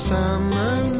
summer